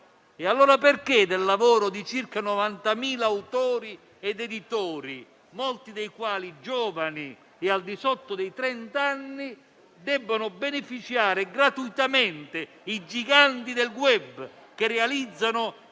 chiedersi perché del lavoro di circa 90.000 autori ed editori, molti dei quali giovani e al di sotto dei trenta anni, debbano beneficiare gratuitamente i giganti del *web*, che realizzano